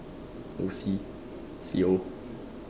O_C C_O